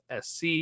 SC